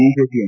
ಬಿಜೆಪಿಯ ಎಂ